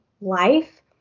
life